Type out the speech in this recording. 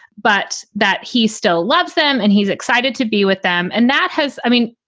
but that he still loves them and he's excited to be with them. and that has i mean,